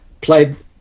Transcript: played